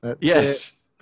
Yes